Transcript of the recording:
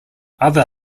other